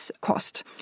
cost